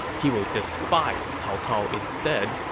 he will despise cao cao instead,